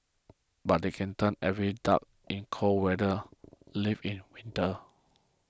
but they can turn every dark in cold weather live in winter